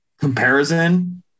comparison